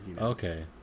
Okay